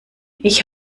ich